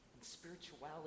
spirituality